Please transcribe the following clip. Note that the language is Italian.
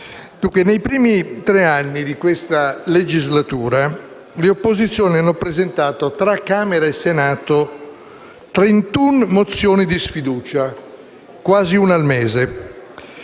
Nei primi tre anni di questa legislatura le opposizioni hanno presentato, tra Camera e Senato, 31 mozioni di sfiducia - quasi una al mese